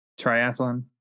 triathlon